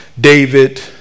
David